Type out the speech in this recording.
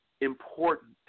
important